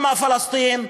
שמה עכשיו פלסטין",